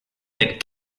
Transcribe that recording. that